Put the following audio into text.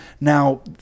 Now